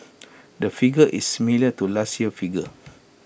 the figure is similar to last year's figure